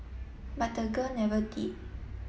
but the girl never did